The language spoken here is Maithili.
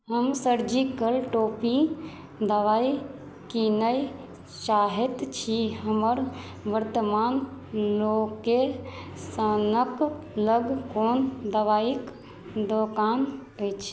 हम सर्जिकल टोपी दवाइ कीनय चाहैत छी हमर वर्तमान लोकेशनक लग कोन दवाइयक दोकान अछि